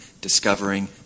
discovering